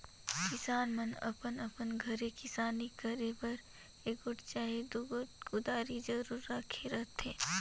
किसान मन अपन अपन घरे किसानी करे बर एगोट चहे दुगोट कुदारी जरूर राखे रहथे